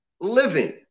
living